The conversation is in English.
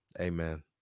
Amen